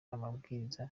amabwiriza